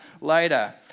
later